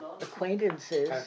acquaintances